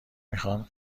میخان